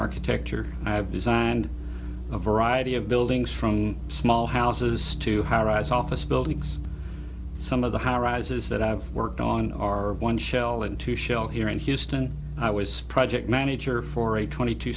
architecture i've designed a variety of buildings from small houses to high rise office buildings some of the high rises that i've worked on are one shell into shell here in houston i was project manager for a twenty two